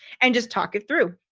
and just talk it through.